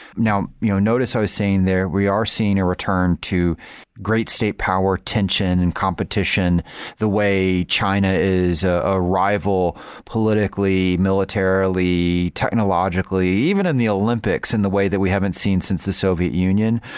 you know notice i was saying there, we are seeing a return to great state power, tension, and competition the way china is ah a rival politically, militarily, technologically, even in the olympics in the way that we haven't seen since the soviet union,